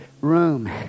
room